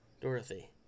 Dorothy